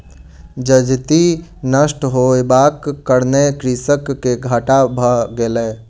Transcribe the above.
जजति नष्ट होयबाक कारणेँ कृषक के घाटा भ गेलै